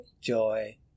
joy